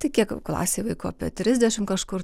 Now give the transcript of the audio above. tai kiek klasėj vaikų apie trisdešim kažkur